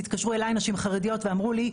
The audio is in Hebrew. התקשרו אליי נשים חרדיות ואמרו לי,